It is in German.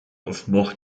offenbach